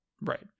Right